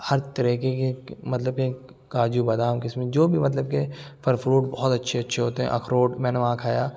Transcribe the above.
ہر طریقے کی مطلب کہ کاجو بادام کشمش جو بھی مطلب کہ پھل فروٹ بہت اچھے اچھے ہوتے ہیں اخروٹ میں نے وہاں کھایا